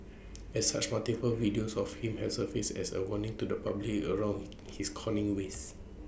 as such multiple videos of him have surfaced as A warning to the public around his conning ways